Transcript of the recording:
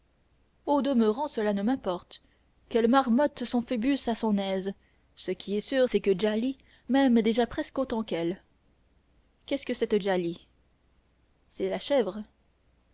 au demeurant cela ne m'importe qu'elle marmotte son phoebus à son aise ce qui est sûr c'est que djali m'aime déjà presque autant qu'elle qu'est-ce que cette djali c'est la chèvre